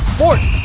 Sports